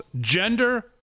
gender